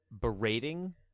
berating